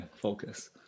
Focus